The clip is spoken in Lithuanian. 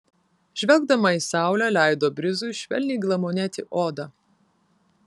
žvelgdama į saulę leido brizui švelniai glamonėti odą